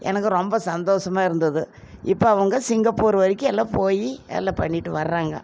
எனக்கு ரொம்ப சந்தோஷமா இருந்தது இப்போ அவங்க சிங்கப்பூர் வரைக்கும் எல்லாம் போய் எல்லாம் பண்ணிவிட்டு வர்றாங்க